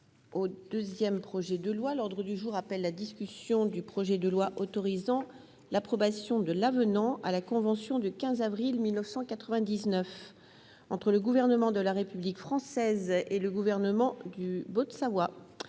des présents. L'ordre du jour appelle la discussion du projet de loi autorisant l'approbation de l'avenant à la convention du 15 avril 1999 entre le Gouvernement de la République française et le Gouvernement de la